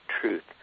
truth